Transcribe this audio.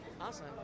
awesome